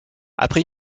après